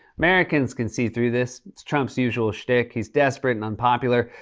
americans can see through this. it's trump's usual shtick. he is desperate and unpopular,